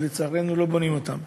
ולצערנו לא בונים אותן.